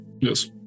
yes